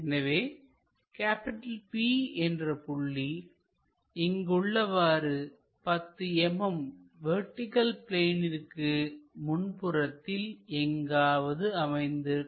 எனவே P என்ற புள்ளி இங்கு உள்ளவாறு 10 mm வெர்டிகள் பிளேனிற்கு முன்புறத்தில் எங்காவது அமைந்திருக்கும்